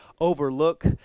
overlook